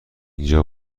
اینجا